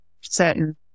certain